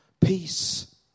peace